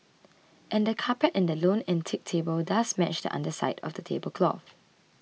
and the carpet and the lone antique table does match the underside of the tablecloth